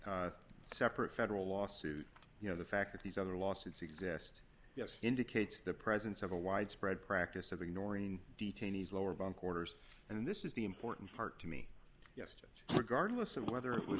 separate federal lawsuit you know the fact that these other lawsuits exist yes indicates the presence of a widespread practice of ignoring detainees lower bunk orders and this is the important part to me yesterday regardless of whether it was